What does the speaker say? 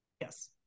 yes